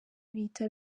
bihita